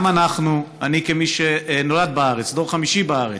גם אנחנו, אני, כמי שנולד בארץ, דור חמישי בארץ,